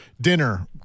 dinner